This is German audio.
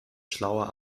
schlauer